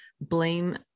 blame